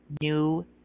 new